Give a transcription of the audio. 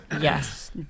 Yes